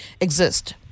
exist